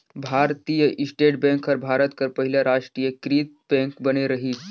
भारतीय state bank हर भारत कर पहिल रास्टीयकृत बेंक बने रहिस